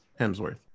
hemsworth